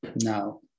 Now